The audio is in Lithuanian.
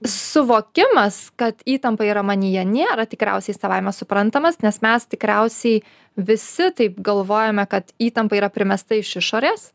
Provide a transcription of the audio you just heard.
suvokimas kad įtampa yra manyje nėra tikriausiai savaime suprantamas nes mes tikriausiai visi taip galvojome kad įtampa yra primesta iš išorės